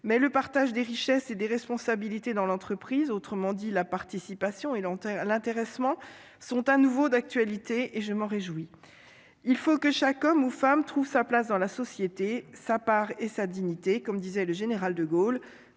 Quant au partage des richesses et des responsabilités dans l'entreprise, c'est-à-dire la participation et l'intéressement, il est à nouveau d'actualité ; je m'en réjouis. Il faut que chaque homme ou femme « trouve sa place dans la société, sa part et sa dignité », comme disait le général de Gaulle.